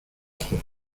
ojo